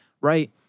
right